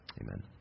Amen